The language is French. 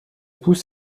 pouls